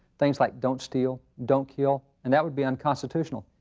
things like don't steal, don't kill, and that would be unconstitutional!